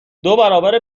برابر